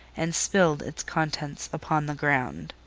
and spilled its contents upon the ground.